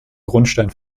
grundstein